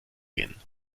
gehen